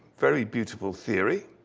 very beautiful theory.